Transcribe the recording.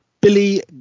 billy